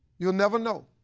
you'll never know.